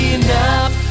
enough